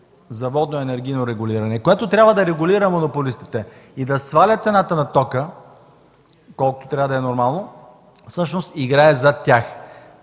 и водно регулиране, която трябва да регулира монополистите и да сваля цената на тока, колкото трябва да е нормално, всъщност играе за тях.